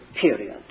period